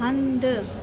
हंधि